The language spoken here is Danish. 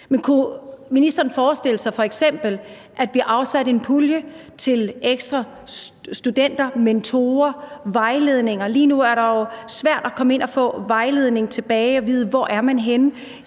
Men kunne ministeren forestille sig, at vi f.eks. afsatte en pulje til ekstra studerende, mentorer, vejledning – lige nu er det jo svært at komme ind og få vejledning og få at vide, hvor man er henne